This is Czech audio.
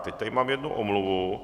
Teď tady mám jednu omluvu.